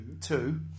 two